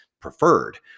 preferred